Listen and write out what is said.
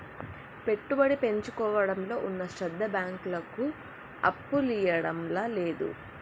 పెట్టుబడి పెట్టించుకోవడంలో ఉన్న శ్రద్ద బాంకులకు అప్పులియ్యడంల లేదు